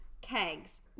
kegs